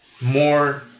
more